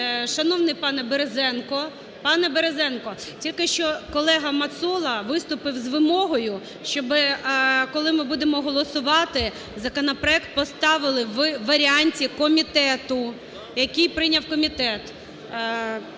Березенко, пане Березенко, тільки що колега Мацола виступив з вимогою, щоби коли ми будемо голосувати, законопроект поставили у варіанті комітету, який прийняв комітет.